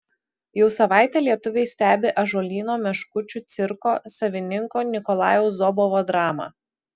jau savaitę lietuviai stebi ąžuolyno meškučių cirko savininko nikolajaus zobovo dramą